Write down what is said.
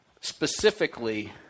specifically